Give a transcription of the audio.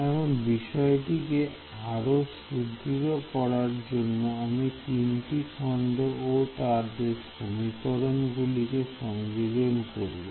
এখন বিষয়টিকে আরো সুদৃঢ় করার জন্য আমি তিনটি খন্ড ও তাদের সমীকরণ গুলি কে সংযোজন করব